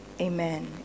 Amen